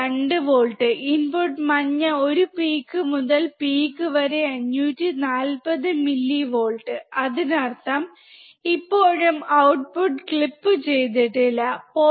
2 volt input മഞ്ഞ ഒരു peak മുതൽ പീക്ക് വരെ 540 മില്ലിവോൾട്ട് അതിനർത്ഥം ഇപ്പോഴും ഔട്ട്പുട്ട് ക്ലിപ്പ് ചെയ്തിട്ടില്ല 0